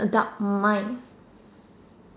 adult mind